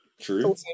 true